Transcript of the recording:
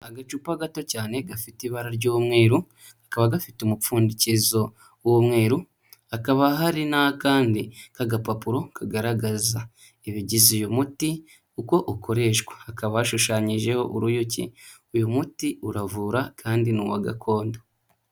Agacupa gato cyane gafite ibara ry'umweru, kakaba gafite umupfundikizo w'umweru, hakaba hari n'akandi k'agapapuro kagaragaza ibigize uyu muti uko ukoreshwa. Hakaba hashushanyijeho uruyuki. Uyu muti uravura kandi ni uwa gakondo.